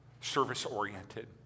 service-oriented